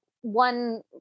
one